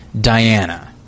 Diana